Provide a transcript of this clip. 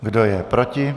Kdo je proti?